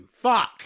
Fuck